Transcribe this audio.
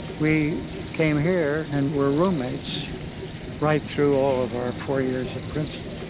we came here and were roommates right through all of our four years at princeton.